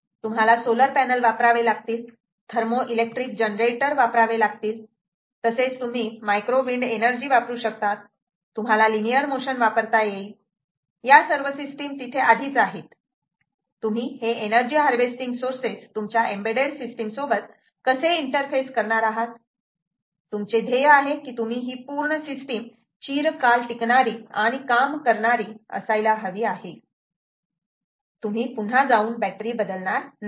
तुम्हाला solar panel वापरावे लागतील थर्मो इलेक्ट्रिक जनरेटर वापरावे लागतील तसेच तुम्ही मायक्रो विंड एनर्जी वापरू शकतात तुम्हाला लिनियर मोशन वापरता येईल या सर्व सिस्टिम तिथे आधीच आहेत तुम्ही हे एनर्जी हार्वेस्टिंग सोर्सेस तुमच्या एम्बेडेड सिस्टीमसोबत कसे इंटरफेस करणार आहात तुमचे ध्येय आहे की तुम्ही ही पूर्ण सिस्टीम चिरकाल टिकणारी आणि काम करणारी असायला हवी आहे तुम्ही पुन्हा जाऊन बॅटरी बदलणार नाहीत